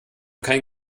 kein